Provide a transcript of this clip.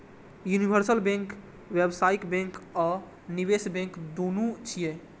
universal bank व्यावसायिक bank आ निवेश बैंक, दुनू छियै